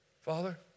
Father